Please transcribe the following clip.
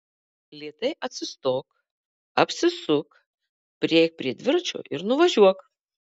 lėtai atsistok apsisuk prieik prie dviračio ir nuvažiuok